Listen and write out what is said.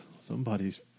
Somebody's